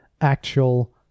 actual